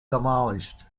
demolished